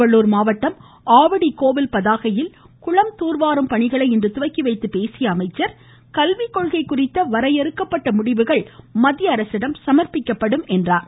திருவள்ளுர் மாவட்டம் ஆவடி கோவில் பதாகையில் குளம் துார் வாரும் பணிகளை இன்று துவக்கி வைத்து பேசிய அவர் கல்வி கொள்கை குறித்த வரையறுக்கப்பட்ட முடிவுகள் மத்திய அரசிடம் சமர்ப்பிக்கப்படும் என்றார்